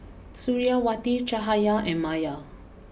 Suriawati Cahaya and Maya